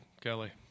Kelly